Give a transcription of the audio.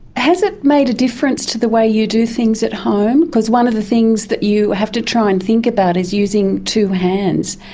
has it made a difference to the way you do things at home? because one of the things that you have to try and think about is using two hands.